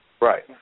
Right